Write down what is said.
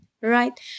right